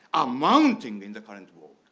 amounting in the current world,